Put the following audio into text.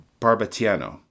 Barbatiano